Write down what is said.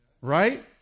right